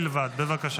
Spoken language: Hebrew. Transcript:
רבותיי.